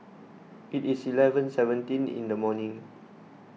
it is eleven seventeen in the evening